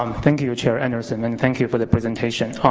um thank you you chair anderson and thank you for the presentation.